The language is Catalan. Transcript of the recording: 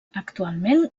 actualment